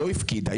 לא הפקידה,